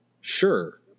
sure